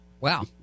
Wow